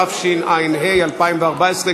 התשע"ה 2014,